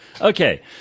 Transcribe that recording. Okay